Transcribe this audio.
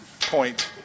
point